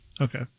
Okay